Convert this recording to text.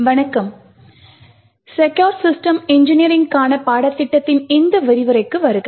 வணக்கம் secure system இன்ஜினியரிங்க்கான பாடத்தின் இந்த விரிவுரைக்கு வருக